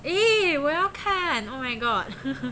eh 我要看 oh my god